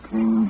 King